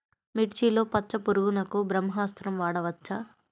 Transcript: మిర్చిలో పచ్చ పురుగునకు బ్రహ్మాస్త్రం వాడవచ్చా?